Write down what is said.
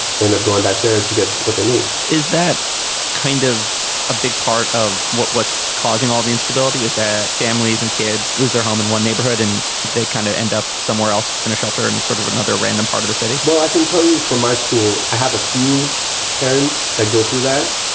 then i've gone back there to get what they need is that kind of a big part of what's causing all the instability is that families and kids lose their home in one neighborhood and they kind of end up somewhere else in a shelter in and sort of another random part of the city well, i can tell you from my school, i have a few parents that go through that,